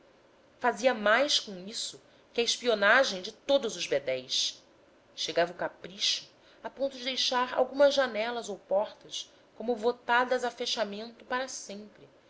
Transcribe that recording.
fazia mais com isso que a espionagem de todos os bedéis chegava o capricho a ponto de deixar algumas janelas ou portas como votadas a fechamento para sempre